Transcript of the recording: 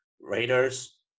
Raiders